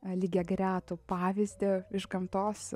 lygiagretų pavyzdį iš gamtos